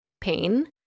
pain